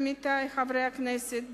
עמיתי חברי הכנסת,